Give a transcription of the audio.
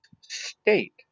state